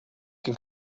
can